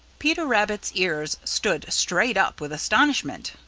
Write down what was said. peter rabbit's ears stood straight up with astonishment.